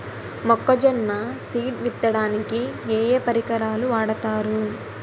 మొక్కజొన్న సీడ్ విత్తడానికి ఏ ఏ పరికరాలు వాడతారు?